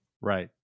Right